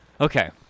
Okay